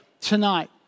tonight